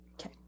Okay